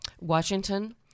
Washington